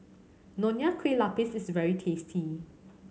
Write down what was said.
Nonya Kueh Lapis is very tasty